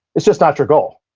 it's just not your goal.